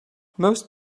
most